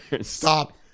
stop